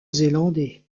zélandais